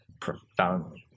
profoundly